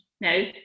no